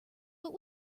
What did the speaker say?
but